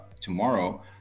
tomorrow